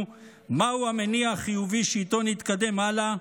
מהו המניע החיובי שאיתו נתקדם הלאה,